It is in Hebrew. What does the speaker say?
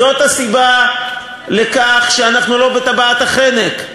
זאת הסיבה לכך שאנחנו לא בטבעת החנק,